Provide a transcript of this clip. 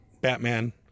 Batman